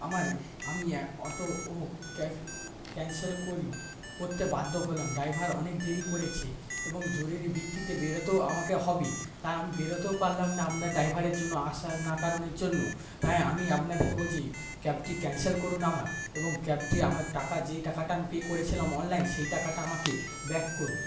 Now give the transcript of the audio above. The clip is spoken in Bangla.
আমার আমি অটো ও ক্যান্সেল করি করতে বাধ্য হলাম ড্রাইভার অনেক দেরি করেছে এবং জরুরি ভিত্তিতে বেরোতেও আমাকে হবে তাই আমি বেরোতেও পারলাম না আপনার ড্রাইভারের জন্য আসা না কারণের জন্য তাই আমি আপনাদিকে বলছি ক্যাবটি ক্যান্সেল করুন আমার এবং ক্যাবটি আমার টাকা যেই টাকাটা আমি পে করেছিলাম অনলাইন সেই টাকাটা আমাকে ব্যাক করুন